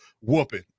whooping